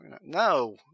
No